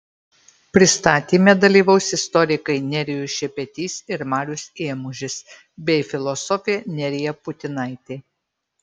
pristatyme dalyvaus istorikai nerijus šepetys ir marius ėmužis bei filosofė nerija putinaitė